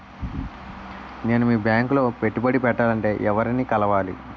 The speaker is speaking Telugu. నేను మీ బ్యాంక్ లో పెట్టుబడి పెట్టాలంటే ఎవరిని కలవాలి?